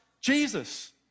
Jesus